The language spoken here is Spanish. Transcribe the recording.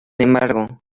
embargo